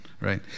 right